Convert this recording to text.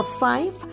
five